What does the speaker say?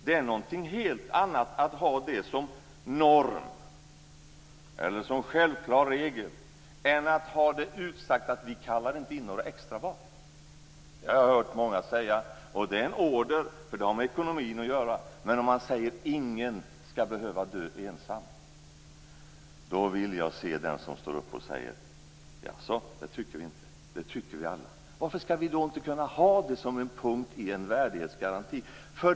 Det är någonting helt annat att ha det som norm eller som en självklar regel än att ha det utsagt att vi inte kallar in några extra vak. Det har jag hört många säga. Det är en order, för det har med ekonomin att göra. Men om man säger att ingen skall behöva dö ensam vill jag se den som står upp och säger: "Jaså, det tycker vi inte." För det tycker vi alla. Varför skall vi då inte kunna ha det som en punkt i en värdighetsgaranti?